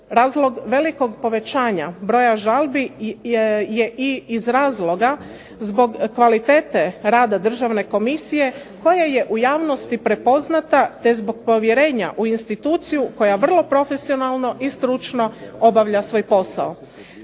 Razlog velikog povećanja broja žalbi je i iz razloga zbog kvalitete rada državne komisije koje je u javnosti prepoznata te zbog povjerenja u instituciju koja vrlo profesionalno i stručno obavlja svoj posao.